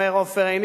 אומר עופר עיני,